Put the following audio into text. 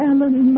Alan